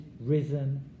risen